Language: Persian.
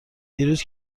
دیروز